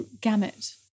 gamut